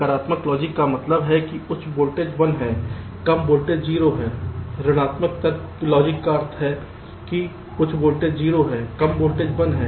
सकारात्मक लॉजिक का मतलब है कि उच्च वोल्टेज 1 है कम वोल्टेज 0 है ऋणात्मक तर्क का अर्थ है कि उच्च वोल्टेज 0 है कम वोल्टेज 1 है